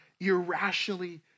irrationally